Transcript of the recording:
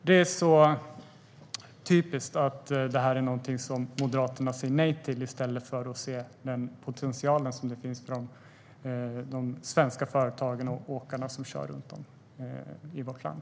Det är så typiskt att Moderaterna säger nej till det här i stället för att se potentialen som finns för de svenska företagen och åkarna som kör runt om i vårt land.